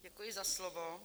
Děkuji za slovo.